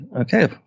Okay